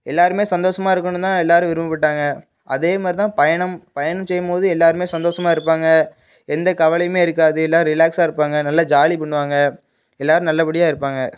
எல்லோருமே சந்தோஷமா இருக்கணும் தான் எல்லோரும் விருப்பப்பட்டாங்க அதேமாதிரி தான் பயணம் பயணம் செய்யும் போது எல்லோருமே சந்தோஷமா இருப்பாங்க எந்த கவலையுமே இருக்காது எல்லாம் ரிலாக்ஸாக இருப்பாங்க நல்லா ஜாலி பண்ணுவாங்க எல்லோரும் நல்லபடியாக இருப்பாங்க